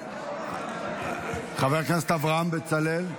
חבר הכנסת אברהם בצלאל,